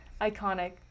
iconic